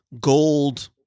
gold